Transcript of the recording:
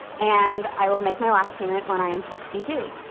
and i will make my last payment when i am sixty two.